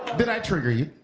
did i trigger you?